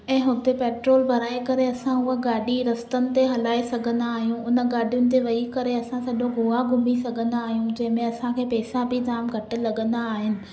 ऐं हुते पेट्रोल भाराए करे असां हूह गाॾी रस्तनि ते हलाए सघंदा आहियूं हुन गाॾियूं ते वेही करे असां सॼो गोवा घूमी सघंदा आहियूं जंहिंमें असांखे पैसा बि जाम घटि लॻंदा आहिनि